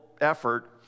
effort